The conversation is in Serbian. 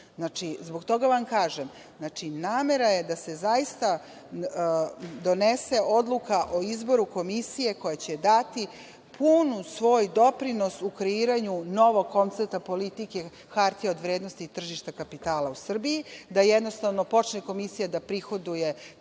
lično. Zbog toga vam kažem, namera je da se zaista donese odluka o izboru komisije koja će dati pun svoj doprinos u kreiranju novog koncepta politike hartije od vrednosti i tržište kapitala u Srbiji, da jednostavno počne komisija da prihoduje